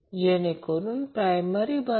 तर हे 25 आहे म्हणून हे रद्द केले आहे आणि हे 2